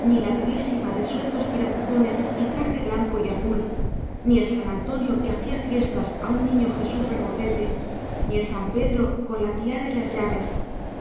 ni la purísima de sueltos tirabuzones y traje blanco y azul ni el san antonio que hacía fiestas a un niño jesús regordete ni el san pedro con la tiara y las llaves